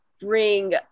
bring